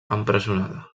empresonada